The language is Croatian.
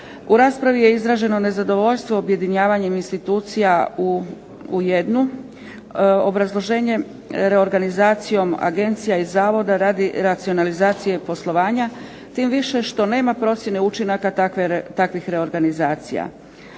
U raspravi je izraženo nezadovoljstvo objedinjavanjem institucija u jednu, obrazloženje reorganizacijom agencija i zavoda radi racionalizacije poslovanja tim više što nema procjene učinaka takvih reorganizacija.